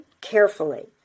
carefully